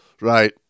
right –